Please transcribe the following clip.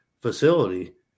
facility